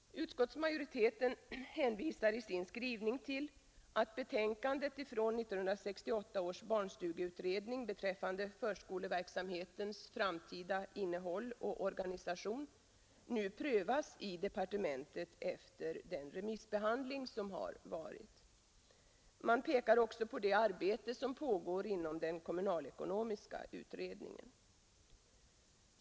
Utskottsmajoriteten hänvisar i sin skrivning till att betänkandet från 1968 års barnstugeutredning beträffande förskoleverksamhetens framtida innehåll och organisation nu prövas i departementet efter den remissbehandling som skett. Man pekar också på det arbete som pågår inom den kommunalekonomiska utredningen.